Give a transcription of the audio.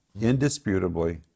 indisputably